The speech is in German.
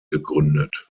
gegründet